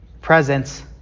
presence